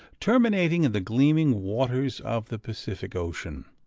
terminating in the gleaming waters of the pacific ocean.